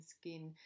skin